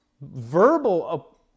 verbal